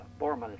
Borman